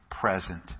present